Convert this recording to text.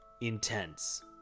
intense